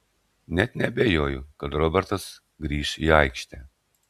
net neabejoju kad robertas grįš į aikštę